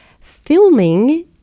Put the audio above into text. filming